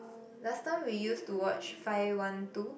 mm last time we used to watch five one two